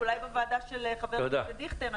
אולי בוועדה של חבר הכנסת דיכטר,